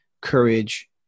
courage